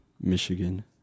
Michigan